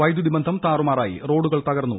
വൈദ്യുതിബന്ധം താറുമാറായി റോഡുകൾ തകർന്നു